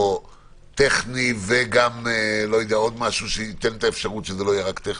או טכני ועוד משהו שייתן את האפשרות שזה לא יהיה רק טכני,